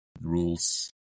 rules